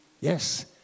Yes